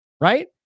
Right